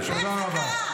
1,200 נרצחנו,